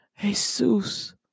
Jesus